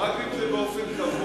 רק אם זה באופן קבוע,